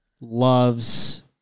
Loves